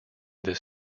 this